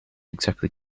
exactly